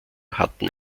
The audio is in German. hatten